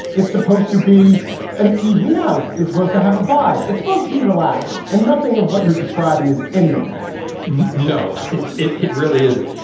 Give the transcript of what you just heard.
it's supposed to be an evening out. it's most to have a vibe. it's supposed to be relaxing. and nothing of what you're describing is any of that no, it it really isn't.